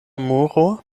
muro